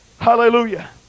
hallelujah